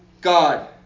God